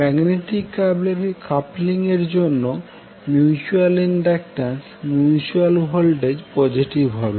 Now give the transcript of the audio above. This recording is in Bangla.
ম্যাগনেটিক কাপলিং এর জন্য mutual inductance mutual voltage positive হবে